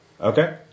Okay